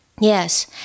Yes